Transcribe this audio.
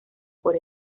por